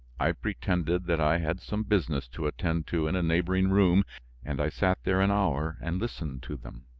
i pretended that i had some business to attend to in a neighboring room and i sat there an hour and listened to them.